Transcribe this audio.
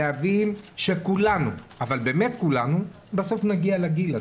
לבין שכולנו, אבל באמת כולנו, בסוף נגיע לגיל הזה.